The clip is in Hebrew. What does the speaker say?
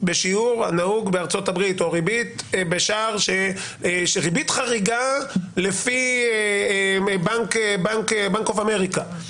בשיעור הנהוג בארצות הברית או ריבית חריגה לפי בנק אוף אמריקה,